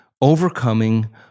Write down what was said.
overcoming